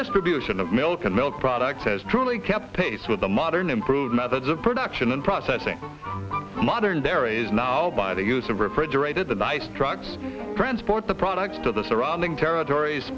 distribution of milk and milk products has truly kept pace with the modern improved methods of production and processing modern there is now by the use of refrigerated the nice trucks friends sport the products to the surrounding territories